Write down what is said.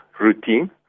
routine